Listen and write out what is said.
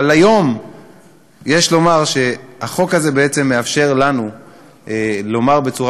אבל היום יש לומר שהחוק הזה בעצם מאפשר לנו לומר בצורה